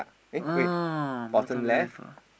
oh bottom left ah